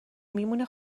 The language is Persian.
میمونه